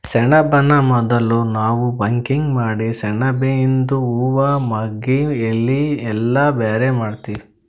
ಸೆಣಬನ್ನ ಮೊದುಲ್ ನಾವ್ ಬಕಿಂಗ್ ಮಾಡಿ ಸೆಣಬಿಯಿಂದು ಹೂವಾ ಮಗ್ಗಿ ಎಲಿ ಎಲ್ಲಾ ಬ್ಯಾರೆ ಮಾಡ್ತೀವಿ